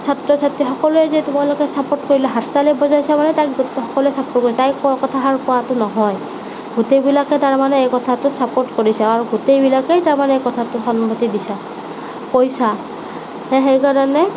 ছাত্ৰ ছাত্ৰী সকলোৱেই যে তোমালোকে ছাপৰ্ট কৰিলা হাততালি বজাইছা মানে তাইক সকলোৱে ছাপৰ্ট কৰিছা তাই কোৱা কথাষাৰ কোৱাটো নহয় গোটেইবিলাকে তাৰমানে এই কথাটোত ছাপৰ্ট কৰিছা আৰু গোটেইবিলাকেই তাৰমানে কথাটোত সন্মতি দিছা কৈছা যে সেইকাৰণে